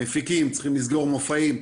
מפיקים צריכים לסגור מופעים,